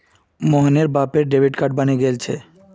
मोहनेर बापेर debit card बने गेल छे